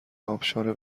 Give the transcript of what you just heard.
ابشار